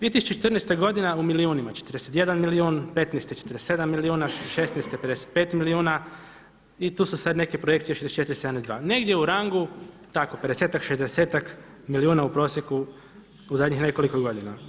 2014. godina u milijunima, 41 milijun, 2015. 47 milijuna, 2016. 55 milijuna i tu su sada neke projekcije 64, … negdje u rangu tako pedesetak, šezdesetak milijuna u prosjeku u zadnjih nekoliko godina.